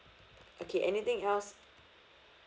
okay anything else